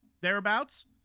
thereabouts